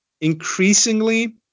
increasingly